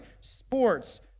sports